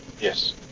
yes